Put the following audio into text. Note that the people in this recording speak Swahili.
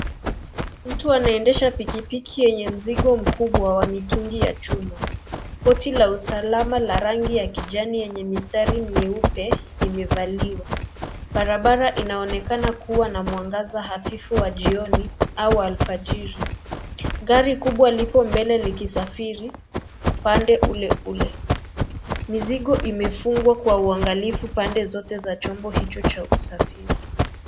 Mtu anaendesha pikipiki yenye mzigo mkubwa wa mitungi ya chuma. Koti la usalama la rangi ya kijani yenye mistari nyeupe imevaliwa. Barabara inaonekana kuwa na mwangaza hafifu wa jioni au alfajiri. Gari kubwa lipo mbele likisafiri upande ule ule. Mizigo imefungwa Kwa uangalifu pande zote za chombo hizo za kusafiri.